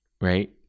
right